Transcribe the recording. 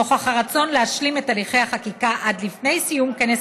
נוכח הרצון להשלים את הליכי החקיקה עוד לפני סיום כנס